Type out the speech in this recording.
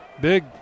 Big